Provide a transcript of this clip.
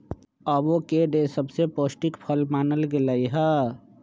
avocado सबसे पौष्टिक फल मानल गेलई ह